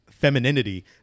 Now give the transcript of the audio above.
femininity